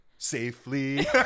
safely